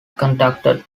contacted